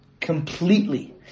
completely